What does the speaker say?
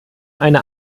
eine